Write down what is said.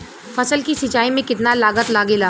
फसल की सिंचाई में कितना लागत लागेला?